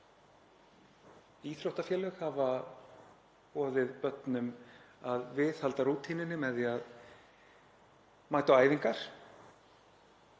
íþróttafélög hafa líka boðið börnum að viðhalda rútínunni með því að mæta á æfingar.